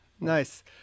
Nice